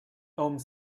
home